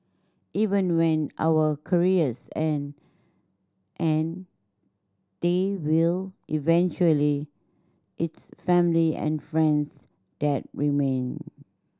even when our careers end and they will eventually it's family and friends that remain